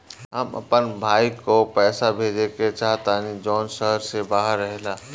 हम अपन भाई को पैसा भेजे के चाहतानी जौन शहर से बाहर रहेला